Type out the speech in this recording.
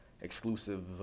exclusive